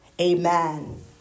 amen